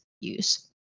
use